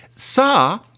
Sa